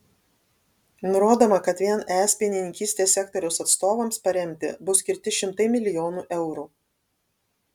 nurodoma kad vien es pienininkystės sektoriaus atstovams paremti bus skirti šimtai milijonų eurų